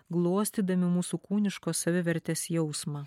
glostydami mūsų kūniškos savivertės jausmą